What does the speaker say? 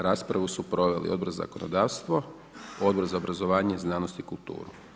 Raspravu su proveli Odbor za zakonodavstvo, Odbor za obrazovanje znanost i kulturu.